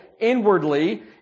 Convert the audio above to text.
inwardly